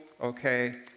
okay